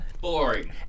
Boring